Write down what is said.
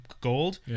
gold